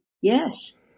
yes